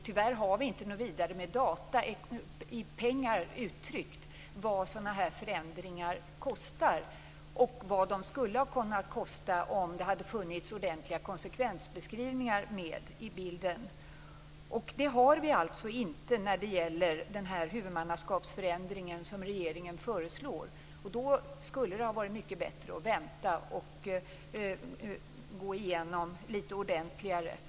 Tyvärr har vi inte några vidare data över vad sådana förändringar kostar i pengar och vad de skulle ha kunnat kosta om det hade funnits ordentliga konsekvensbeskrivningar med i bilden. Det har vi alltså inte när det gäller den huvudmannaskapsförändring som regeringen föreslår. Då skulle det ha varit mycket bättre att vänta och gå igenom det lite ordentligare.